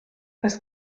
oes